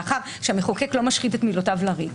מאחר שהמחוקק לא משחית את מילותיו לריק,